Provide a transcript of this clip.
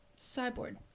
Cyborg